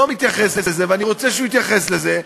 לא מתייחס לזה, ואני רוצה שהוא יתייחס לזה.